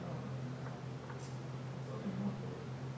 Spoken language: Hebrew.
עירונית --- למה בכלל שר האוצר צריך להיכנס לזה?